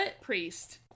priest